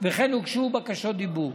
וכן הוגשו בקשות דיבור.